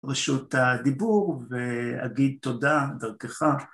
‫רשות הדיבור, ואגיד תודה דרכך.